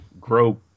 grow